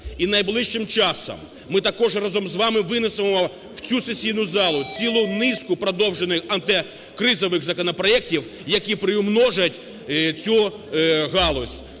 І найближчим часом ми також разом з вами винесемо в цю сесійну залу цілу низку продовжених антикризових законопроектів, які приумножать цю галузь.